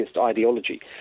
ideology